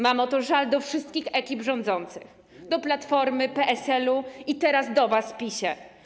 Mam o to żal do wszystkich ekip rządzących, do Platformy, PSL-u i teraz do was, PiS-ie.